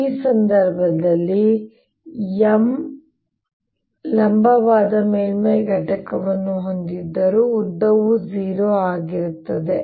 ಈ ಸಂದರ್ಭದಲ್ಲಿ M ಲಂಬವಾದ ಮೇಲ್ಮೈಯಲ್ಲಿ ಘಟಕವನ್ನು ಹೊಂದಿದ್ದರೂ ಉದ್ದವು 0 ಆಗಿರುತ್ತದೆ